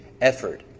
Effort